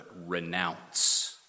renounce